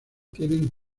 tienen